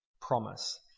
promise